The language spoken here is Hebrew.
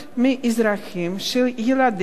והשגחה) (תיקון, בחירת ידיד